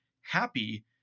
happy